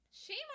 Shame